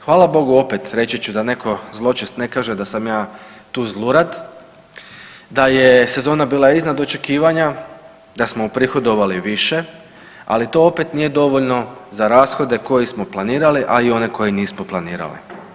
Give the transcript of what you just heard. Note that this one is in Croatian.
Hvala bogu reći ću da netko zločest ne kaže da sam ja tu zlurad, da je sezona bila iznad očekivanja, da smo uprihodovali više, ali to opet nije dovoljno za rashode koje smo planirali, a i one koje nismo planirali.